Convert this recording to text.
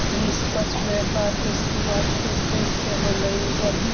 निष्पक्ष व्यापार की शुरुआत किस देश से होलई हल